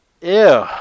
Ew